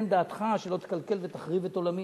תן דעתך שלא תקלקל ותחריב את עולמי.